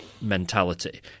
mentality